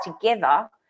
together